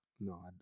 No